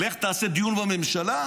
לך תעשה דיון בממשלה?